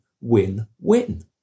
win-win